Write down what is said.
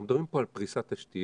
אנחנו מדברים פה על פריסת תשתיות,